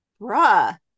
bruh